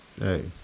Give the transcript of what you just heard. Hey